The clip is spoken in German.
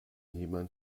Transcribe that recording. jemand